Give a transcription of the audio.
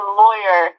lawyer